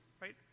right